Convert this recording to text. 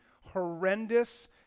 horrendous